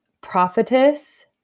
prophetess